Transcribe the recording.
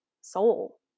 soul